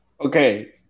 okay